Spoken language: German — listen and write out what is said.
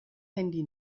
handy